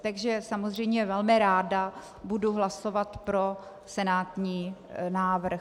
Takže samozřejmě velmi ráda budu hlasovat pro senátní návrh.